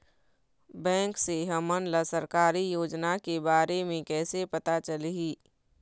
Bank से हमन ला सरकारी योजना के बारे मे कैसे पता चलही?